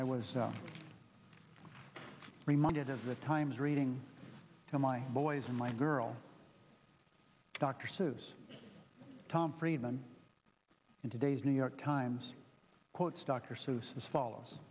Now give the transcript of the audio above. i was reminded of the times reading to my boys and my girl dr seuss tom friedman in today's new york times quotes dr seuss as foll